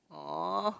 !aww!